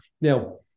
Now